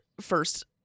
first